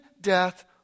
death